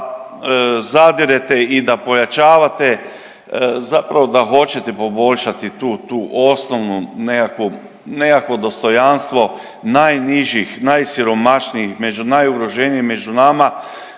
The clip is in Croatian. zadirete i da pojačavate zapravo da hoćete poboljšati tu osnovnu nekakvu, nekakvo dostojanstvo najnižih, najsiromašnijih, među najugroženiji među nama